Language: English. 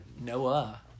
Noah